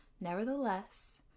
Nevertheless